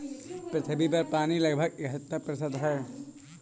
पृथ्वी पर पानी लगभग इकहत्तर प्रतिशत है